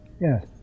Yes